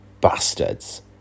Bastards